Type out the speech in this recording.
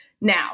now